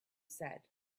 said